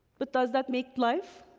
but does that make life?